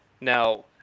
now